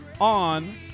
on